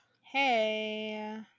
Hey